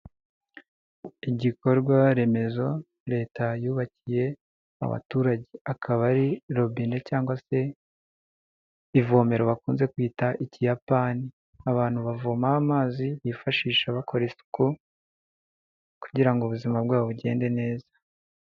Igikorwa remezo Leta yubakiye abaturage. Akaba ari robine cyangwa se ivomero bakunze kwita ikiyapani. Abantu bavomaho amazi bifashisha bakora isuku kugira nggo ubuzima bwabo bugende neza.